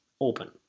open